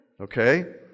Okay